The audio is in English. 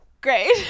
great